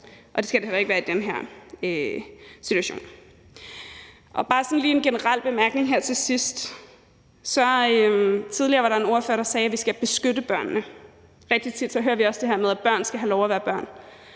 og det skal det heller ikke være i den her situation. Så har jeg bare lige en generel bemærkning her til sidst. Tidligere var der en ordfører, der sagde, at vi skal beskytte børnene. Rigtig tit hører vi også det her med, at børn skal have lov at være børn.